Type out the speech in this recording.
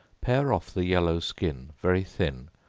pare off the yellow skin very thin,